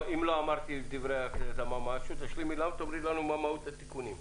תאמרי לנו מה מהות התיקונים בבקשה.